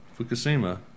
Fukushima